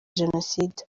jenoside